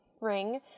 ring